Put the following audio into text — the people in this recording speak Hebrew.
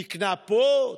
תיקנה פה,